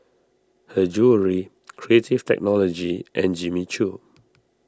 Her Jewellery Creative Technology and Jimmy Choo